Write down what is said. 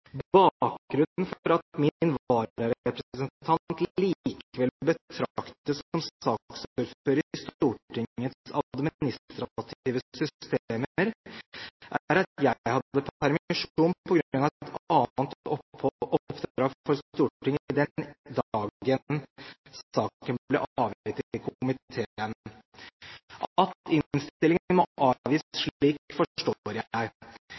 som saksordfører i Stortingets administrative systemer, er at jeg hadde permisjon på grunn av et annet oppdrag for Stortinget den dagen saken ble avgitt i komiteen. At innstillingen må